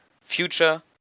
future